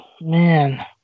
Man